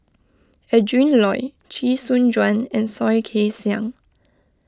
Adrin Loi Chee Soon Juan and Soh Kay Siang